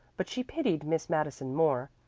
but she pitied miss madison more.